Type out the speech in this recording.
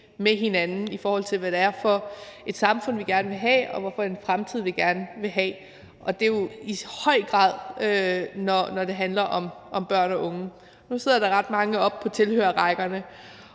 med hinanden, i forhold til hvad det er for et samfund, vi gerne vil have, og hvad det er for en fremtid, vi gerne vil have, og det gør det jo i høj grad, når det handler om børn og unge. Nu sidder der ret mange oppe på tilhørerrækkerne,